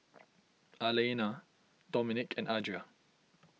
Alaina Dominik and Adria